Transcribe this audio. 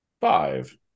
Five